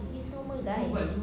he's normal guy